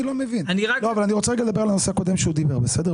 אני רוצה רגע לדבר על הנושא הקודם שהוא דיבר עליו,